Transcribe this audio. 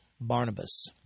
Barnabas